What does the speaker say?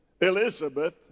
elizabeth